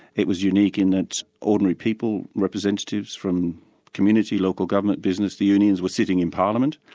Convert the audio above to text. it was unique in its ordinary people, representatives from community, local government business, the unions were sitting in parliament,